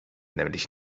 nämlich